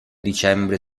dicembre